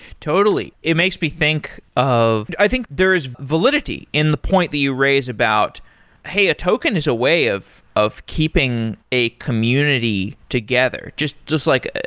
totally. it makes me think of i think there's validity in the point that you raise about hey, a token is a way of of keeping a community together. just just like,